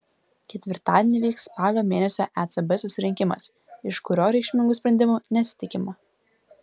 ketvirtadienį vyks spalio mėnesio ecb susirinkimas iš kurio reikšmingų sprendimų nesitikima